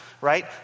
right